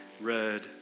red